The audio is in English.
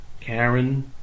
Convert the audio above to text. Karen